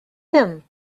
him